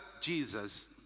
Jesus